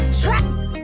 trapped